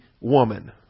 woman